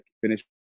finish